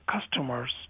customers